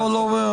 לא, לא.